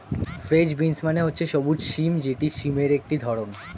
French beans মানে হচ্ছে সবুজ সিম যেটি সিমের একটি ধরণ